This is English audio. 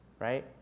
right